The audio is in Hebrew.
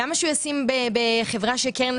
למה שהוא ישים בחברה שקרן הון סיכון